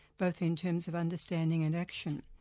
both in terms of understanding and action.